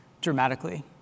dramatically